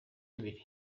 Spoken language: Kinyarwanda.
bibiri